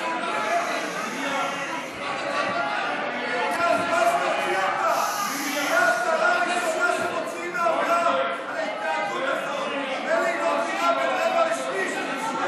גם לא יודעת את ההבדל בין רבע לשליש.